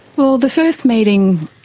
well, the first meeting,